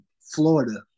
florida